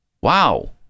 wow